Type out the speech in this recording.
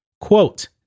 Quote